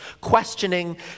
questioning